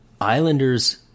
Islanders